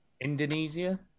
Indonesia